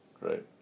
right